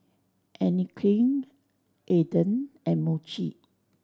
Anne Klein Aden and Muji